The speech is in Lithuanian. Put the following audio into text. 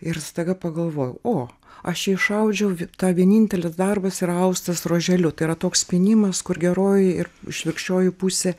ir staiga pagalvojau o aš jį išaudžiau tą vienintelis darbas yra austas ruoželiu tai yra toks pynimas kur geroji ir išvirkščioji pusė